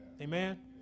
Amen